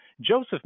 Joseph